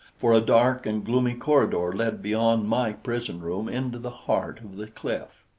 for a dark and gloomy corridor led beyond my prison room into the heart of the cliff.